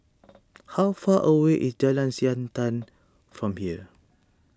how far away is Jalan Siantan from here